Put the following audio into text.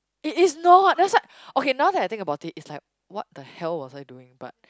it is not that's why okay now that I think about it it's like what the hell was I doing but